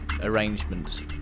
arrangements